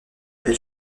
elle